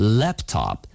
laptop